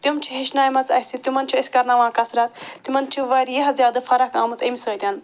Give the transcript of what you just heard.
تِم چھِ ہیٚچھنایمژٕ اَسہِ تِمَن چھِ أسۍ کرناوان کثرت تِمَن چھِ واریاہ زیادٕ فرق آمٕژ اَمہِ سۭتۍ